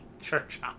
Church